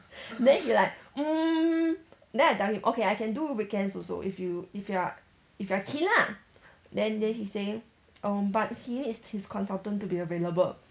then he like mm then I tell him okay I can do weekends also if you if you are if you are keen lah then then he say err but he needs his consultant to be available